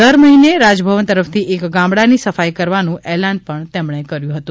દર મહિને રાજભવન તરફથી એક ગામડાની સફાઇ કરવાનું એલાન તેમણે કર્યું હતું